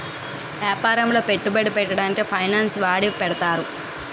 యాపారములో పెట్టుబడి పెట్టడానికి ఫైనాన్స్ వాడి పెడతారు